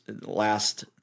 last